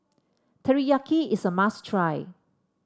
teriyaki is a must try